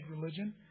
religion